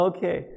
Okay